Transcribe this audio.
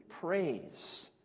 praise